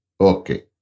Okay